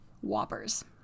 Whoppers